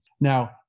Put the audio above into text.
Now